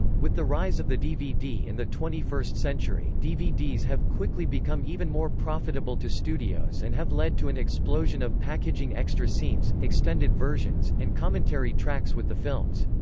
with the rise of the dvd in the twenty first century, dvds have quickly become even more profitable to studios and have led to an explosion of packaging extra scenes, extended versions, and commentary tracks with the films.